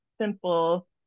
simple